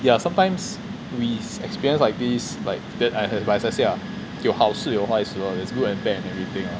yeah sometimes we experience like this like that I as I said lah 有好事有坏事 lor there's good and bad in everything